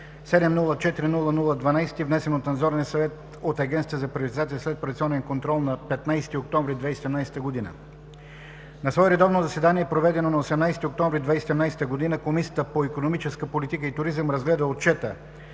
704-00-12, внесен от Надзорния съвет на Агенцията за приватизация и следприватизационен контрол на 15 октомври 2017 г. На свое редовно заседание, проведено на 18 октомври 2017 г., Комисията по икономическа политика и туризъм разгледа Отчета